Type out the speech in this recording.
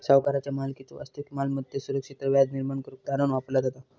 सावकाराचा मालकीच्यो वास्तविक मालमत्तेत सुरक्षितता व्याज निर्माण करुक तारण वापरला जाता